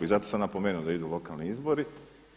I zato sam napomenuo da idu lokalni izbori